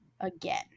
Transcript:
again